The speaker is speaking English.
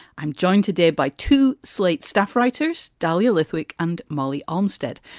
i'm joined today by two slate staff writers, dahlia lithwick and molly olmstead,